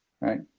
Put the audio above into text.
Right